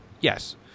Yes